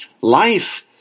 Life